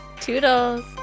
toodles